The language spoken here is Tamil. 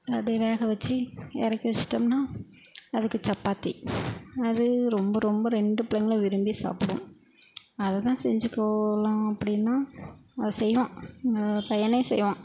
அது அப்டியே வேக வெச்சி இறக்கி வெச்சிட்டோம்னா அதுக்கு சப்பாத்தி அது ரொம்ப ரொம்ப ரெண்டு பிள்ளைகளும் விரும்பி சாப்பிடும் அதை தான் செஞ்சு போகலாம் அப்படின்னா அவன் செய்வான் பையனே செய்வான்